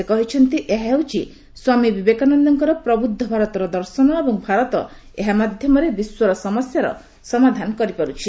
ସେ କହିଛନ୍ତି ଏହା ହେଉଛି ସ୍ୱାମୀ ବିବେକାନନ୍ଦଙ୍କର ପ୍ରବୁଦ୍ଧ ଭାରତର ଦର୍ଶନ ଏବଂ ଭାରତ ଏହା ମାଧ୍ୟମରେ ବିଶ୍ୱର ସମସ୍ୟାର ସମାଧାନ କରିପାରୁଛି